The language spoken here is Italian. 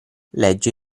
legge